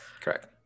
correct